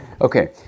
Okay